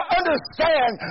understand